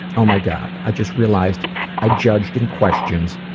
oh my god, i just realized i judged and questions,